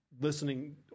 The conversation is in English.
listening